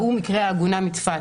ראו מקרה העגונה מצפת.